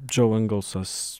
džeu engelsas